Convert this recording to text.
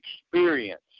experience